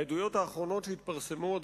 העדויות האחרות שהתפרסמו בעניין הזה,